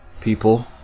people